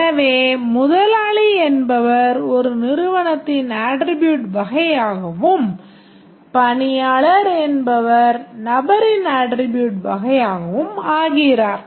எனவே முதலாளி என்பவர் ஒரு நிறுவனத்தின் அட்ரிபியூட் வகையாகவும் பணியாளர் என்பவர் நபரின் அட்ரிபியூட் வகையாகவும் ஆகிறார்